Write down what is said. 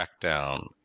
crackdown